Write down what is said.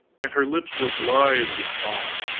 and her lips were blithe with song,